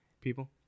people